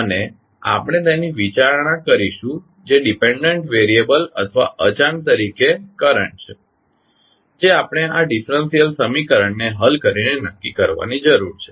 અને આપણે તેની વિચારણા કરીશું જે ડિપેન્ડન્ટ વેરીયબલ અથવા અજાણ તરીકે કરંટ છે જે આપણે આ ડિફરેંશિયલ સમીકરણને હલ કરીને નક્કી કરવાની જરૂર છે